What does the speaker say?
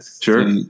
Sure